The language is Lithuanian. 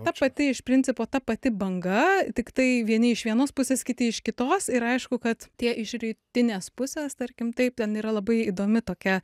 ta pati iš principo ta pati banga tiktai vieni iš vienos pusės kiti iš kitos ir aišku kad tie iš rytinės pusės tarkim taip ten yra labai įdomi tokia